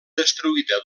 destruïda